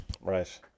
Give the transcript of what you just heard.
Right